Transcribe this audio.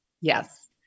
Yes